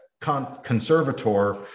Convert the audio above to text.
conservator